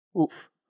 Oof